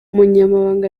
umunyamabanga